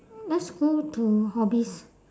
let's go to hobbies